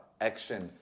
action